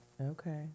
Okay